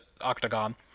Octagon